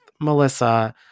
Melissa